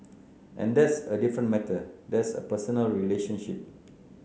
and that's a different matter that's a personal relationship